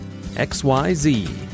XYZ